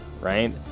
Right